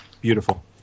Beautiful